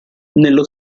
nello